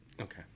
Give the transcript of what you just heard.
Okay